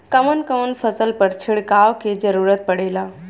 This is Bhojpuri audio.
कवन कवन फसल पर छिड़काव के जरूरत पड़ेला?